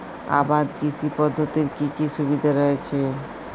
আবাদ কৃষি পদ্ধতির কি কি সুবিধা রয়েছে?